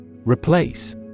Replace